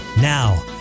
Now